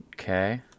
Okay